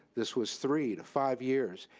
this was three to five years,